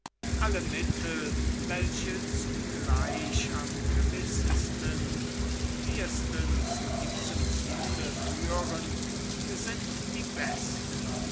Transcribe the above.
alle mittel welche zugleich am gewissesten und bäldesten zu diesem ziel führen sind die besten